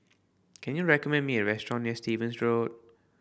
can you recommend me a restaurant near Stevens Road